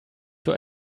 für